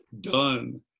done